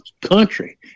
country